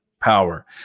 power